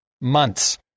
Months